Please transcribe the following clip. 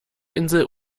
insel